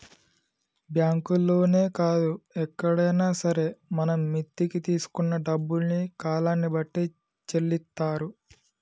బ్యాంకుల్లోనే కాదు ఎక్కడైనా సరే మనం మిత్తికి తీసుకున్న డబ్బుల్ని కాలాన్ని బట్టి చెల్లిత్తారు